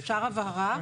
אפשר הבהרה?